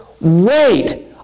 wait